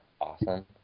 awesome